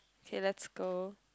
K let's go